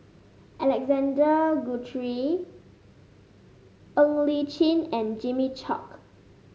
Alexander Guthrie Ng Li Chin and Jimmy Chok